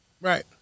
Right